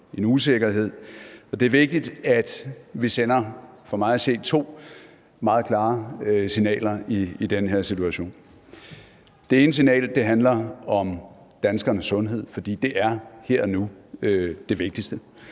en usikkerhed. Det er vigtigt, at vi sender for mig at se to meget klare signaler i den her situation. Det ene signal handler om danskernes sundhed, for det er her og nu det vigtigste.